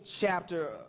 chapter